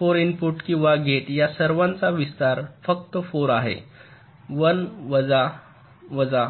4 input किंवा gate या सर्वांचा विस्तार फक्त 4 आहे 1 वजा वजा